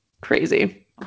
crazy